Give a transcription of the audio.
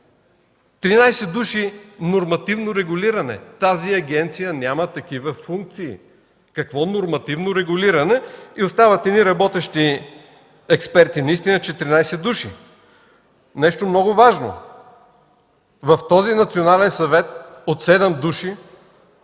13 души нормативно регулиране! Тази агенция няма такива функции! Какво нормативно регулиране? И остават едни работещи експерти наистина – 14 души. Нещо много важно, в този Национален съвет от седем